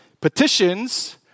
petitions